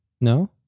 No